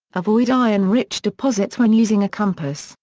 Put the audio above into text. avoid iron rich deposits when using a compass,